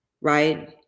right